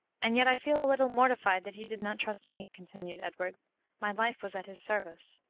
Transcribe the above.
and yet i feel a little mortified that he did not trust me, continued edward my life was at his service.